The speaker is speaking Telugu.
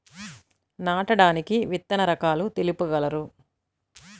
నాటడానికి విత్తన రకాలు తెలుపగలరు?